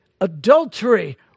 adultery